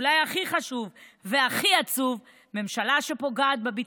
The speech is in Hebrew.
ברשות יושב-ראש הכנסת, אני מתכבד